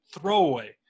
throwaway